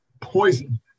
poison